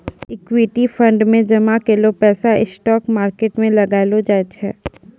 equity fund मे जामा कैलो पैसा स्टॉक मार्केट मे लगैलो जाय छै